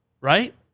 Right